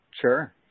sure